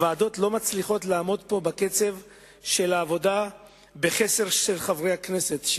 הוועדות לא מצליחות לעמוד פה בקצב של העבודה בחסר של חברי הכנסת,